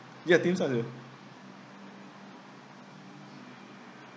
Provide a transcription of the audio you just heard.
ya dim sum the